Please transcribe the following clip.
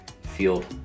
field